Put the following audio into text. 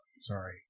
Sorry